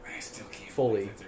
fully